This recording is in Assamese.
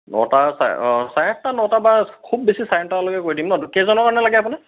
নটা চাৰে অঁ চাৰে আঠটা নটা বা খুব বেছি চাৰে নটালৈকে কৰি দিম নহ্ কেইজনৰ কাৰণে লাগে আপোনাক